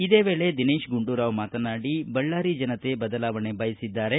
ಇದೇ ವೇಳೆ ದಿನೇತ್ ಗಂಡೂರಾವ್ ಮಾತನಾಡಿ ಬಳ್ಳಾರಿ ಜನತೆ ಬದಲಾವಣೆ ಬಯಸಿದ್ದಾರೆ